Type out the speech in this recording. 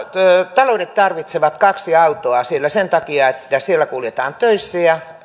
taloudet tarvitsevat kaksi autoa siellä sen takia että siellä kuljetaan töissä ja